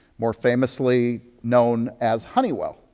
more famously known as honeywell.